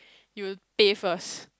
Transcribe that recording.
you pay first